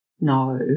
No